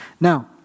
Now